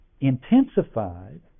intensified